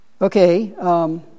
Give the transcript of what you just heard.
Okay